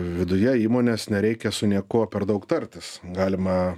viduje įmonės nereikia su niekuo per daug tartis galima